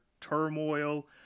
turmoil